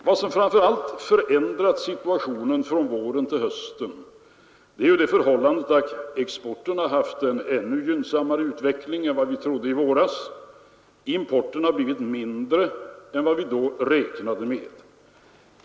Vad som framför allt förändrat situationen från våren till hösten är det förhållandet att exporten har haft en ännu gynnsammare utveckling än vad vi trodde i våras och importen har blivit mindre än vad vi då räknade med.